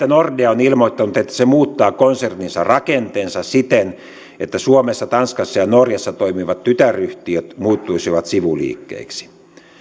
nordea on ilmoittanut että se muuttaa konserninsa rakenteen siten että suomessa tanskassa ja norjassa toimivat tytäryhtiöt muuttuisivat sivuliikkeiksi